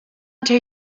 dare